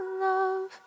love